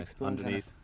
Underneath